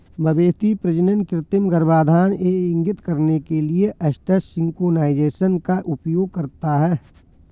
मवेशी प्रजनन कृत्रिम गर्भाधान यह इंगित करने के लिए एस्ट्रस सिंक्रोनाइज़ेशन का उपयोग करता है